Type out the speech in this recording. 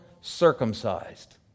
circumcised